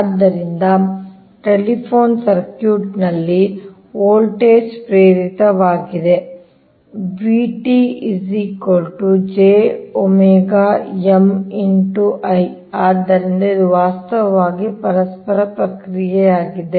ಆದ್ದರಿಂದ telephone circuit ನಲ್ಲಿ voltage ಪ್ರೇರಿತವಾಗಿದೆ ಆದ್ದರಿಂದ ಇದು ವಾಸ್ತವವಾಗಿ ಪರಸ್ಪರ ಪ್ರತಿಕ್ರಿಯೆಯಾಗಿದೆ